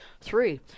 Three